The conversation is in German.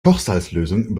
kochsalzlösung